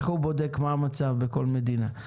כך הוא בודק מה המצב בכל מדינה.